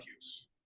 use